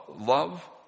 love